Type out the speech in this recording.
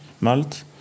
malt